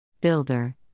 Builder